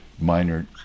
Minor